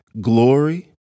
glory